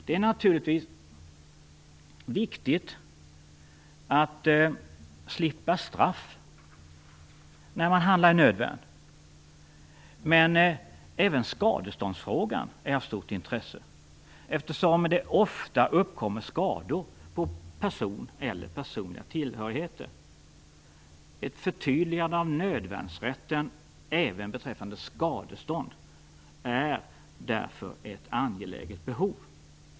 Det är naturligtvis viktigt att slippa straff när man handlar i nödvärn, men även skadeståndsfrågan är av stort intresse, eftersom det ofta uppkommer skador på person eller personliga tillhörigheter. Ett förtydligande av nödvärnsrätten även beträffande skadestånd är därför ett angeläget behov.